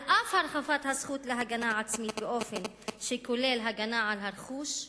על אף הרחבת הזכות להגנה עצמית באופן שכולל הגנה על הרכוש,